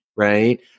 Right